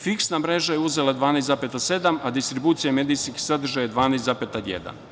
Fiksna mreža je uzela 12,7%, a distribucija medijskih sadržaja 12,1%